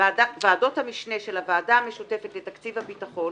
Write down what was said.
ועדות המשנה של הוועדה המשותפת לתקציב הביטחון